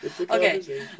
Okay